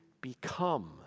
become